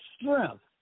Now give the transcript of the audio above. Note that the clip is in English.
strength